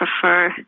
prefer